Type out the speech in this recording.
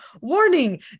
Warning